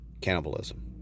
cannibalism